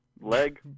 leg